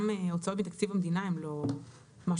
גם הוצאות מתקציב המדינה הן לא משהו